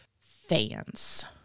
fans